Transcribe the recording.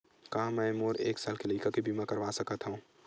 का मै मोर एक साल के लइका के बीमा करवा सकत हव?